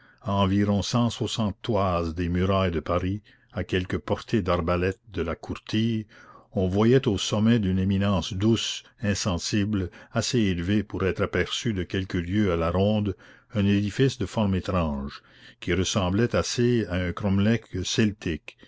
à quelques portées d'arbalète de la courtille on voyait au sommet d'une éminence douce insensible assez élevée pour être aperçue de quelques lieues à la ronde un édifice de forme étrange qui ressemblait assez à un cromlech celtique